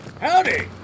Howdy